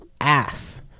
ass